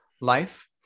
life